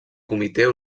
comitè